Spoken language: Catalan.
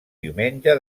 diumenge